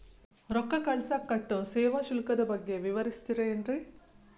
ರೊಕ್ಕ ಕಳಸಾಕ್ ಕಟ್ಟೋ ಸೇವಾ ಶುಲ್ಕದ ಬಗ್ಗೆ ವಿವರಿಸ್ತಿರೇನ್ರಿ?